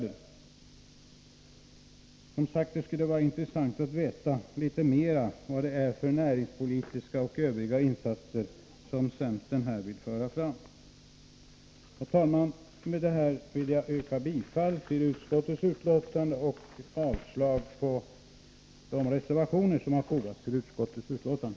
Det skulle som sagt vara intressant att veta litet mera om vad det är för näringspolitik och övriga insatser som centern här vill förorda. Herr talman! Med detta vill jag yrka bifall till utskottets hemställan och avslag på de reservationer som har fogats till utskottets betänkande.